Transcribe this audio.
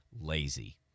lazy